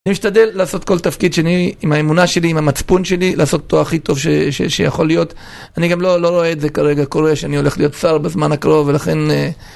אני משתדל לעשות כל תפקיד שאני, עם האמונה שלי, עם המצפון שלי, לעשות אותו הכי טוב שיכול להיות. אני גם לא רואה את זה כרגע קורה, שאני הולך להיות שר בזמן הקרוב ולכן...